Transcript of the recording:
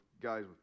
guys